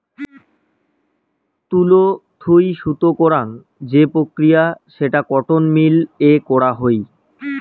তুলো থুই সুতো করাং যে প্রক্রিয়া সেটা কটন মিল এ করাং হই